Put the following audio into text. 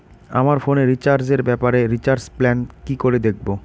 আমার ফোনে রিচার্জ এর ব্যাপারে রিচার্জ প্ল্যান কি করে দেখবো?